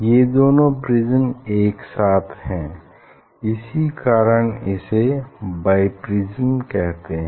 ये दोनों प्रिज्म एक साथ हैं इसी कारण इसे बाई प्रिज्म कहते हैं